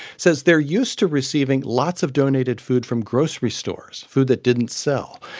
says they're used to receiving lots of donated food from grocery stores, food that didn't sell.